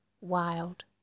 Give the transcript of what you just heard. wild